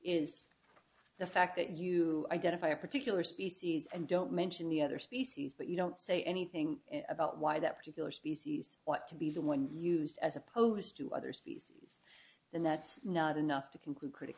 is the fact that you identify a particular species and don't mention the other species but you don't say anything about why that particular species want to be the one used as opposed to other species the net's not enough to conclude critic